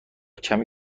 کمی